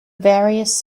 various